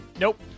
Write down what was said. Nope